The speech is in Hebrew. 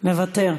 מוותר.